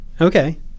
Okay